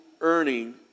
earning